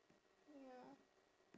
ya